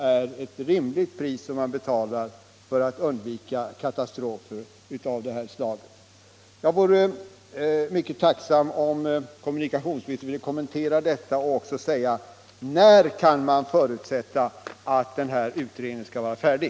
är ett rimligt pris för att undvika katastrofer av det här slaget. Jag vore mycket tacksam om kommunikationsministern ville kommentera detta och även säga när man kan förutsätta att den här utredningen blir färdig.